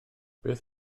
beth